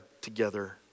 together